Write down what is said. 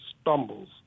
stumbles